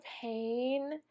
pain